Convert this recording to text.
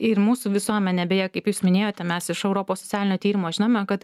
ir mūsų visuomenė beje kaip jūs minėjote mes iš europos socialinio tyrimo žinome kad